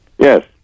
Yes